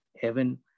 Heaven